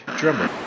drummer